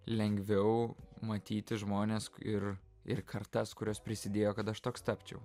lengviau matyti žmones ir ir kartas kurios prisidėjo kad aš toks tapčiau